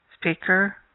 Speaker